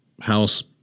house